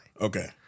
Okay